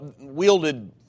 wielded